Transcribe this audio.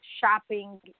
shopping